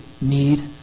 need